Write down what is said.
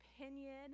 opinion